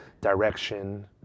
Direction